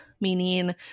meaning